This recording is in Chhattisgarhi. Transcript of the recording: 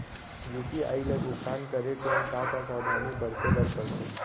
यू.पी.आई ले भुगतान करे टेम का का सावधानी बरते बर परथे